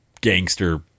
gangster